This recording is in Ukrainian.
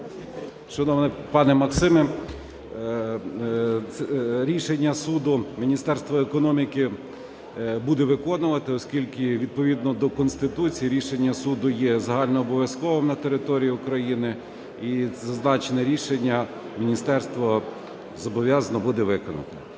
Шановний пане Максиме, рішення суду Міністерство економіки буде виконувати. Оскільки відповідно до Конституції рішення суду є загальнообов'язковим на території України і зазначене рішення міністерство зобов'язане буде виконати.